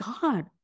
God